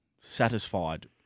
satisfied